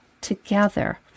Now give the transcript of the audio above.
together